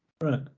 Right